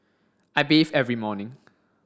I bathe every morning